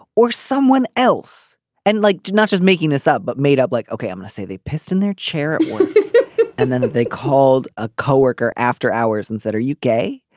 or someone else and like not just making this up but made up. like okay i'm gonna say they pissed in their chair and then they called a co-worker after hours and said are you okay.